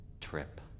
trip